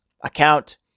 account